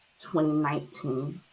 2019